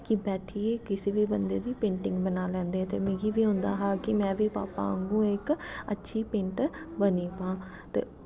कि बैठियै किसे बी बंदे दी पेंटिंग बनाई लैंदे हे ते मिगी बी होंदा हा कि में बी भापा आंगूं इक अच्छी पेंटर बनी पांऽ